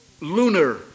Lunar